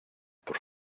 por